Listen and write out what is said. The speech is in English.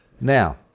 Now